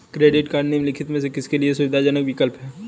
Credit cards निम्नलिखित में से किसके लिए सुविधाजनक विकल्प हैं?